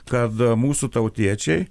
kad mūsų tautiečiai